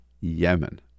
Yemen